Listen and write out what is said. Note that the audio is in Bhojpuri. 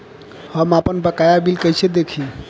हम आपनबकाया बिल कइसे देखि?